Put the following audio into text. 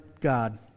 God